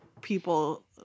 people –